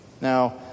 Now